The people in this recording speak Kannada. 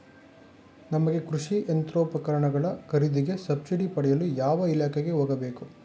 ನಮಗೆ ಕೃಷಿ ಯಂತ್ರೋಪಕರಣಗಳ ಖರೀದಿಗೆ ಸಬ್ಸಿಡಿ ಪಡೆಯಲು ಯಾವ ಇಲಾಖೆಗೆ ಹೋಗಬೇಕು?